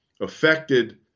affected